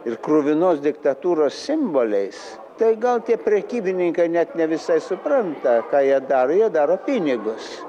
ir kruvinos diktatūros simboliais tai gal tie prekybininkai net ne visai supranta ką jie daro jie daro pinigus